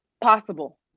possible